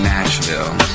Nashville